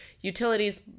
utilities